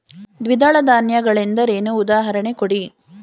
ದ್ವಿದಳ ಧಾನ್ಯ ಗಳೆಂದರೇನು, ಉದಾಹರಣೆ ಕೊಡಿ?